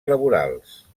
laborals